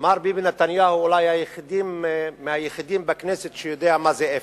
ומר ביבי נתניהו אולי מהיחידים בכנסת שיודע מה זה אפס.